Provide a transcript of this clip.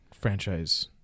franchise